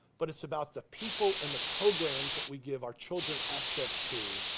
but it's about the people and the programs that we give our children access to,